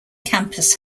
campus